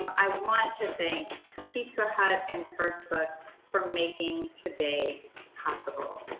i want to thank pizza hut and first book for making today possible.